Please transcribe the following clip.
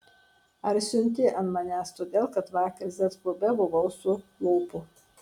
ar siunti ant manęs todėl kad vakar z klube buvau su lopu